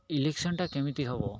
ଇଲେକ୍ସନଟା କେମିତି ହବ